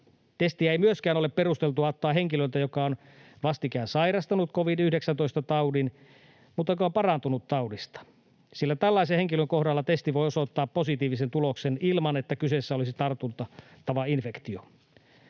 Testiä ei myöskään ole perusteltua ottaa henkilöltä, joka on vastikään sairastunut covid-19-taudin mutta joka on parantunut taudista, sillä tällaisen henkilön kohdalla testi voi osoittaa positiivisen tuloksen ilman, että kyseessä olisi tartuttava infektio.